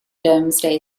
domesday